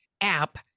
app